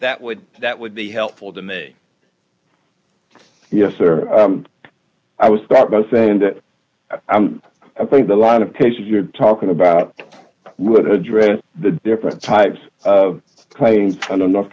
that would that would be helpful to me yes sir i would start by saying that i think a lot of patients you're talking about would address the different types of claims under north